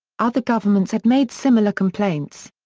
other governments had made similar complaints.